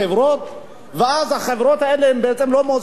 ואז החברות האלה לא מושכות את הכסף,